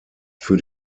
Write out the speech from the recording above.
für